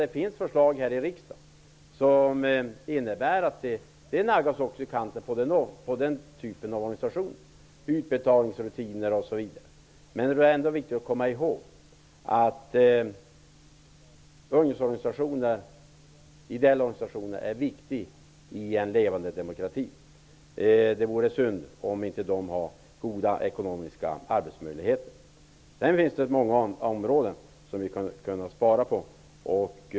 Det finns förslag här i riksdagen som innebär ett naggande i kanten också på den typen av organisationer genom ändrade utbetalningsrutiner osv. Det är ändå viktigt att komma ihåg att ungdomsorganisationer och ideella organisationer är viktiga i en levande demokrati. Det vore synd om de inte fick goda ekonomiska förutsättningar att arbeta. Sedan finns det många andra områden som vi kan spara på.